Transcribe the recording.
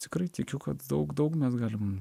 tikrai tikiu kad daug daug mes galim